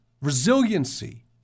Resiliency